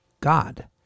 god